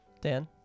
Dan